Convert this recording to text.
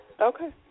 Okay